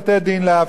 זה בעיקרון.